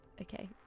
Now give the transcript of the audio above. Okay